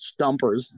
stumpers